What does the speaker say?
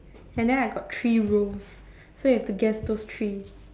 and then I got three roles so you have to guess those three